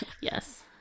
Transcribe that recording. yes